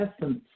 essence